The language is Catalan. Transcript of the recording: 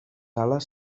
ales